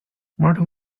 martin